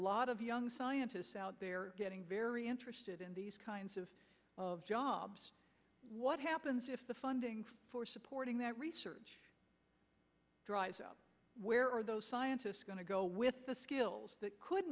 lot of young scientists out there getting very interested in these kinds of jobs what happens if the funding for supporting that research dries up where are those scientists going to go with the skills that could